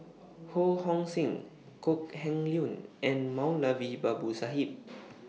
Ho Hong Sing Kok Heng Leun and Moulavi Babu Sahib